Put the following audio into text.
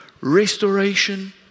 restoration